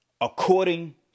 According